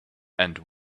and